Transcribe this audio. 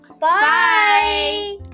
bye